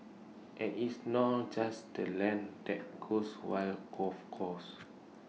and it's not just the land that goes while golf courses